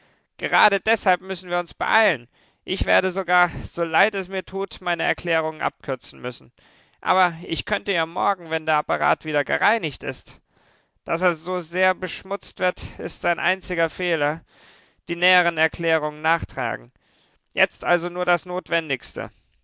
gerade deshalb müssen wir uns beeilen ich werde sogar so leid es mir tut meine erklärungen abkürzen müssen aber ich könnte ja morgen wenn der apparat wieder gereinigt ist daß er so sehr beschmutzt wird ist sein einziger fehler die näheren erklärungen nachtragen jetzt also nur das notwendigste